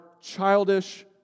childish